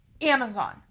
Amazon